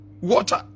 water